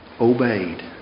obeyed